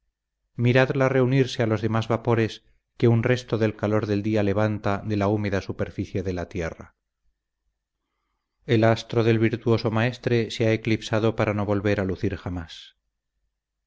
mediodía miradla reunirse a los demás vapores que un resto del calor del día levanta de la húmeda superficie de la tierra el astro del virtuoso maestre se ha eclipsado para no volver a lucir jamás